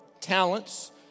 talents